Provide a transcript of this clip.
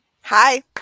Hi